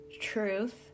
truth